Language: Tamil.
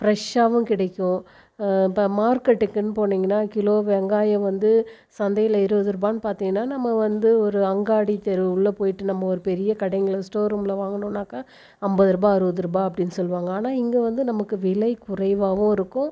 ஃப்ரஸாகவும் கிடைக்கும் இப்போது மார்க்கெட்டுக்குன்னு போனீங்கன்னா கிலோ வெங்காயம் வந்து சந்தையில் இருபது ரூபாய்னு பார்த்தீங்கன்னா நம்ம வந்து ஒரு அங்காடி தெரு உள்ளே போகிட்டு நம்ம ஒரு பெரிய கடையில் ஸ்டோர் ரூமில் வாங்குகினோனாக்கா ஐம்பது ரூபா அறுபது ரூபாய் அப்படின்னு சொல்லுவாங்கள் ஆனால் இங்கே வந்து நமக்கு விலை குறைவாகவும் இருக்கும்